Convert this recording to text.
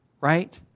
Right